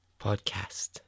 podcast